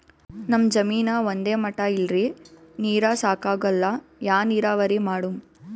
ನಮ್ ಜಮೀನ ಒಂದೇ ಮಟಾ ಇಲ್ರಿ, ನೀರೂ ಸಾಕಾಗಲ್ಲ, ಯಾ ನೀರಾವರಿ ಮಾಡಮು?